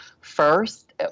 first